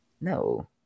No